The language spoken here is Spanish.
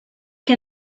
que